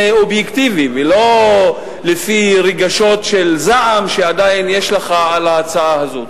אובייקטיבי ולא לפי רגשות של זעם שעדיין יש לך על ההצעה הזאת.